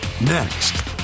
Next